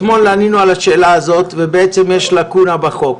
אם מישהו בוחר להגיד "לא יהיו יותר תקנות ומכסות בענף ההטלה",